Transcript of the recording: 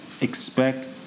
expect